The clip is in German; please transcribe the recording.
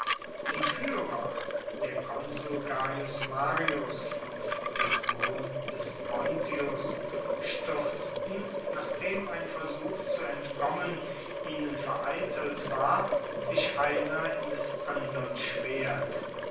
die führer der konsul gaius marius und der sohn des pontius stürzten nachdem ein versuch zu entkommen ihnen vereitelt war sich einer in des andern schwert